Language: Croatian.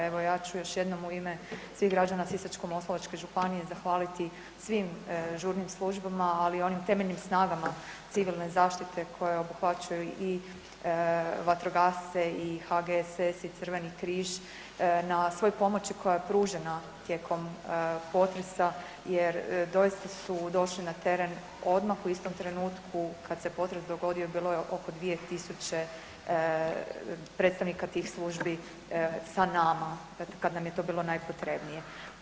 Evo ja ću još jednom u ime svih građana Sisačko-moslavačke županije zahvaliti svim žurnim službama ali i onim temeljnim snagama civilne zaštite koje obuhvaćaju i vatrogasce i HGSS i Crveni križ na svoj pomoći koja je pružena tijekom potresa jer doista su došli na teren odmah u istom trenutku kad se potres dogodio, bilo je oko 2000 predstavnika tih službi sa nama, dakle kad nam je to bilo napotrebnije.